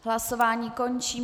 Hlasování končím.